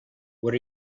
what